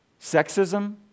sexism